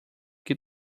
que